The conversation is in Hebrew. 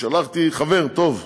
שלחתי חבר טוב,